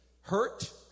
Hurt